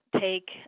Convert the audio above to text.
take